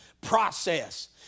process